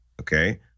okay